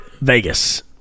Vegas